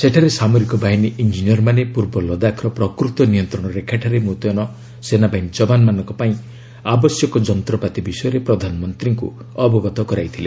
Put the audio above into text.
ସେଠାରେ ସାମରିକ ବାହିନୀ ଇଞ୍ଜିନିୟରମାନେ ପୂର୍ବ ଲଦାଖ୍ର ପ୍ରକୃତ ନିୟନ୍ତ୍ରଣ ରେଖାଠାରେ ମୁତୟନ ସେନାବାହିନୀ ଯବାନମାନଙ୍କ ପାଇଁ ଆବଶ୍ୟକ ଯନ୍ତ୍ରପାତି ବିଷୟରେ ପ୍ରଧାନମନ୍ତ୍ରୀଙ୍କୁ ଅବଗତ କରାଇଥିଲେ